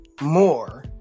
more